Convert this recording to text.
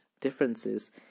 differences